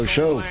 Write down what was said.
Show